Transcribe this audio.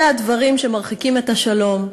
אלה הדברים שמרחיקים את השלום,